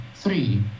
Three